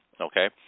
okay